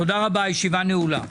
תודה רבה, הישיבה נעולה.